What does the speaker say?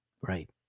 right